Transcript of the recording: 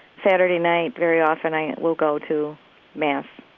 saturday night, very often i will go to mass